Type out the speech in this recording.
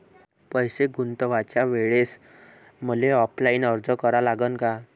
पैसे गुंतवाच्या वेळेसं मले ऑफलाईन अर्ज भरा लागन का?